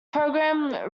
programme